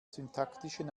syntaktischen